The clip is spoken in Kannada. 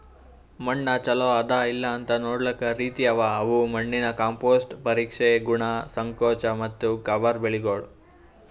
ಮಣ್ಣ ಚಲೋ ಅದಾ ಇಲ್ಲಾಅಂತ್ ನೊಡ್ಲುಕ್ ರೀತಿ ಅವಾ ಅವು ಮಣ್ಣಿನ ಕಾಂಪೋಸ್ಟ್, ಪರೀಕ್ಷೆ, ಗುಣ, ಸಂಕೋಚ ಮತ್ತ ಕವರ್ ಬೆಳಿಗೊಳ್